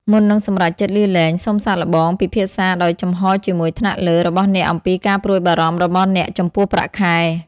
មុននឹងសម្រេចចិត្តលាលែង សូមសាកល្បង ពិភាក្សាដោយចំហរជាមួយថ្នាក់លើ របស់អ្នកអំពីការព្រួយបារម្ភរបស់អ្នកចំពោះប្រាក់ខែ។